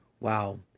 wow